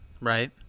right